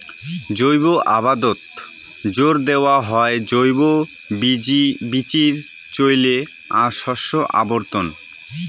জৈব আবাদত জোর দ্যাওয়া হয় জৈব বীচির চইলে আর শস্য আবর্তন